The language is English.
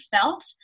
felt